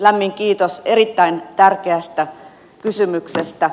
lämmin kiitos erittäin tärkeästä kysymyksestä